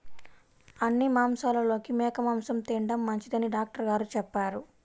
అన్ని మాంసాలలోకి మేక మాసం తిండం మంచిదని డాక్టర్ గారు చెప్పారు